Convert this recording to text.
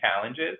challenges